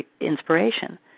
inspiration